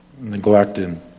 neglected